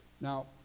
Now